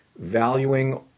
valuing